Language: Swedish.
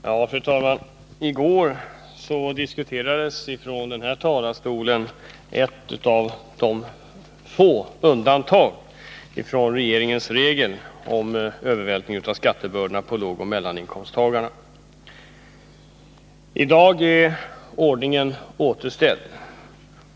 Fru talman! I går diskuterades från denna talarstol ett av de få undantagen från regeringens regel om övervältring av skattebördorna på lågoch mellaninkomsttagarna. I dag är ordningen återställd.